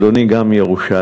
אדוני גם ירושלמי,